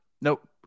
nope